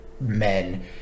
men